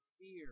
fear